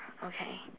okay